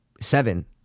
Seven